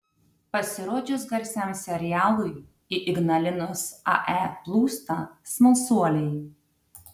pasirodžius garsiam serialui į ignalinos ae plūsta smalsuoliai